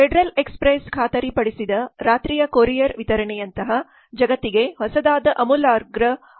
federal express ಖಾತರಿಪಡಿಸಿದ ರಾತ್ರಿಯ courier ವಿತರಣೆಯಂತಹ ಜಗತ್ತಿಗೆ ಹೊಸದಾದ ಆಮೂಲಾಗ್ರ ಆವಿಷ್ಕಾರಗಳು